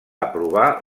aprovar